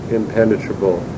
impenetrable